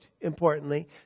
importantly